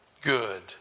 good